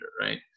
Right